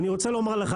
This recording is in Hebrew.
אני רוצה לומר לך,